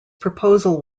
proposal